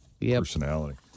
personality